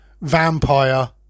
vampire